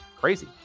crazy